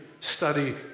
study